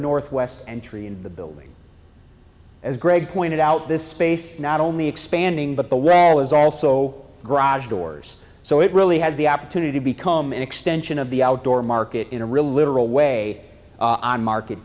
northwest and tree in the building as greg pointed out this space not only expanding but the well is also garage doors so it really has the opportunity to become an extension of the outdoor market in a real literal way on market